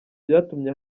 byatumye